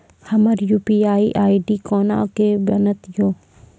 हमर UPI ID कोना के बनत यो?